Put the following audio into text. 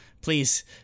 please